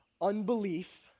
Unbelief